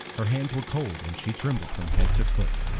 her hands were cold and she trembled from head to foot.